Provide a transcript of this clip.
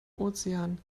ozean